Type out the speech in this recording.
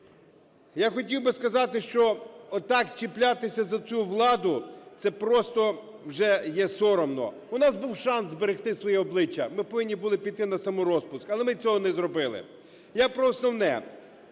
Я хотів би сказати, що отак чіплятися за цю владу - це просто вже є соромно. У нас був шанс зберегти свої обличчя, ми повинні були піти на саморозпуск, але ми цього не зробили. Я про основне.